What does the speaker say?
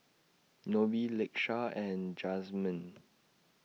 Nobie Lakesha and Jazmyn